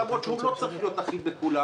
למרות שהוא לא צריך להיות אחיד לכולם,